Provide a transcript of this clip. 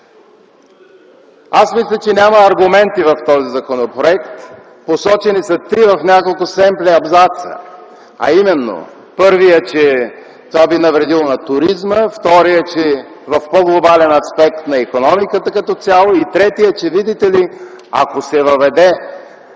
Аз мисля, че няма аргументи в този законопроект. Посочени са три в няколко семпли абзаца, а именно: първият – че, това би навредило на туризма; вторият – в по-глобален аспект на икономиката като цяло; и третият – че, видите ли, ако се въведе